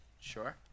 Sure